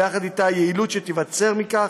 ויחד איתה היעילות שתיווצר מכך,